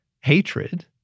hatred